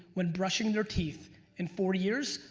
when brushing their teeth in four years,